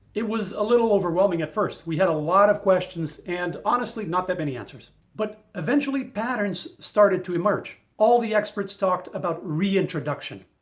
it was a little overwhelming at first, we had a lot of questions and honestly not that many answers but eventually patterns started to emerge. all the experts talked about reintroduction.